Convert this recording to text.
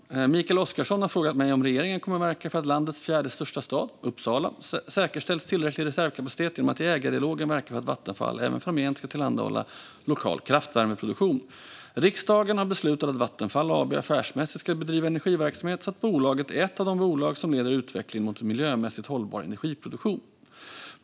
Fru talman! Mikael Oscarsson har frågat mig om regeringen kommer att verka för att landets fjärde största stad, Uppsala, säkerställs tillräcklig reservkapacitet genom att i ägardialogen verka för att Vattenfall även framgent ska tillhandahålla lokal kraftvärmeproduktion. Riksdagen har beslutat att Vattenfall AB affärsmässigt ska bedriva energiverksamhet så att bolaget är ett av de bolag som leder utvecklingen mot en miljömässigt hållbar energiproduktion.